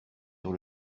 sur